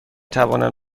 توانم